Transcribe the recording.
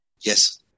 Yes